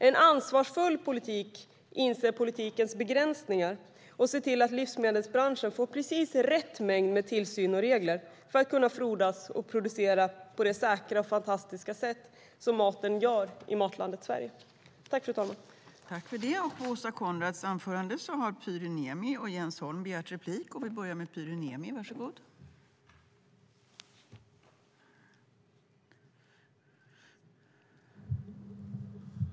En ansvarsfull politik betyder insikt om politikens begränsningar och att man ser till att livsmedelsbranschen får precis rätt mängd tillsyn och regler för att kunna frodas och kunna producera på det säkra och fantastiska sätt som maten i Matlandet Sverige görs på.